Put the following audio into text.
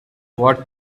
what